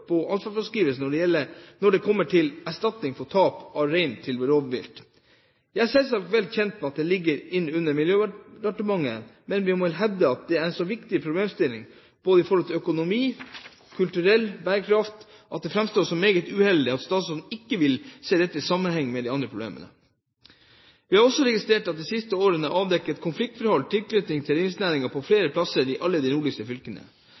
på ansvarsfraskrivelse når det kommer til erstatning for tap av rein til rovvilt. Jeg er selvsagt vel kjent med at dette ligger inn under Miljøverndepartementet, men vil hevde at dette er en så viktig problemstilling med hensyn til både økonomisk og kulturell bærekraft, at det framstår som meget uheldig at statsråden ikke vil se dette i sammenheng med de andre problemene. Vi har registrert at det de siste årene er avdekket konfliktforhold i tilknytning til reindriftsnæringen på flere steder i alle de nordligste fylkene.